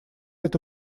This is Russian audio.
это